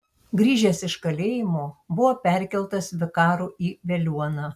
grįžęs iš kalėjimo buvo perkeltas vikaru į veliuoną